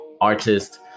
artist